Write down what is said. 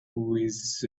with